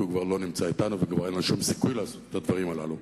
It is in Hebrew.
כי הוא כבר לא נמצא אתנו וכבר אין לו שום סיכוי לעשות את הדברים הללו,